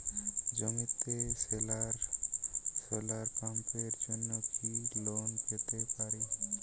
জমিতে সোলার পাম্পের জন্য কি লোন পেতে পারি?